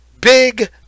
big